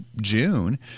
June